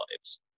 lives